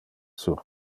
sur